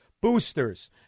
boosters